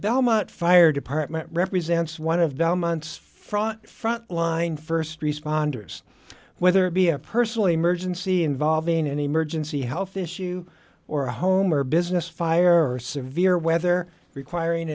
belmont fire department represents one of the months from front line st responders whether it be a personal emergency involving an emergency health issue or a home or business fire severe weather requiring